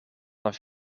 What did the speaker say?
dan